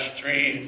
three